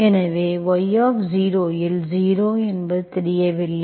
எனவே y0 இல் 0 என்பது தெரியவில்லை